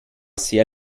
sehr